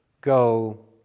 go